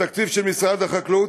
התקציב של משרד החקלאות,